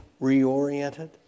reoriented